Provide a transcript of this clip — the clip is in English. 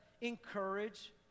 encourage